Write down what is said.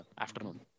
afternoon